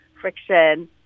friction